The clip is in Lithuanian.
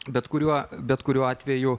bet kuriuo bet kuriuo atveju